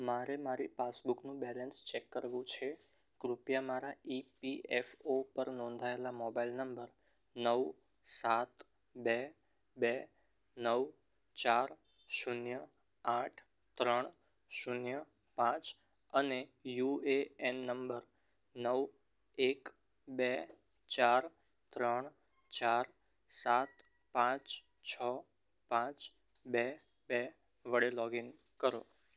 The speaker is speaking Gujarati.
મારે મારી પાસબુકનું બેલેન્સ ચેક કરવું છે કૃપયા મારા ઇ પી એફ ઓ ઉપર નોંધાયેલા મોબાઈલ નંબર નવ સાત બે બે નવ ચાર શૂન્ય આઠ ત્રણ શૂન્ય પાંચ અને યુ એ એન નંબર નવ એક બે ચાર ત્રણ ચાર સાત પાંચ છ પાંચ બે બે વડે લોગ ઇન કરો